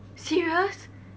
serious